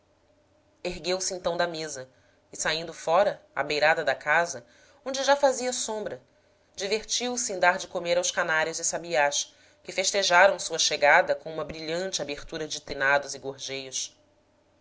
marido ergueu-se então da mesa e saindo fora à beirada da casa onde já fazia sombra divertiu-se em dar de comer aos canários e sabiás que festejaram sua chegada com uma brilhante abertura de trinados e